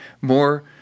more